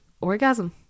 orgasm